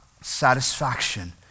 satisfaction